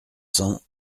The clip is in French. cents